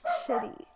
shitty